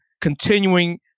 continuing